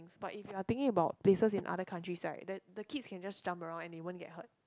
but if you're thinking about places in other countries right the the kids can just jump around and they won't get hurt